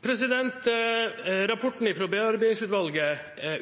Rapporten fra bearbeidingsutvalget